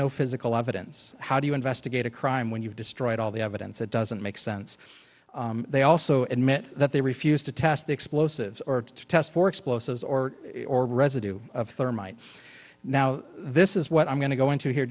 no physical evidence how do you investigate a crime when you've destroyed all the evidence it doesn't make sense they also admit that they refused to test the explosives or to test for explosives or or residue of thermite now this is what i'm going to go into here